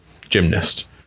gymnast